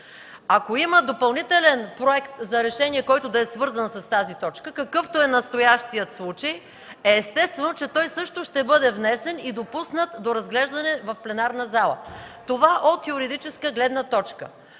Ако има допълнителен проект за решение, който да е свързан с тази точка, какъвто е настоящият случай, естествено е, че той също ще бъде внесен и допуснат до разглеждане в пленарната зала. Това от юридическа гледна точка.